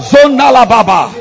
Zonalababa